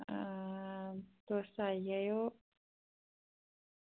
हां तुस आई जाएओ